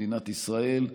מדינת ישראל.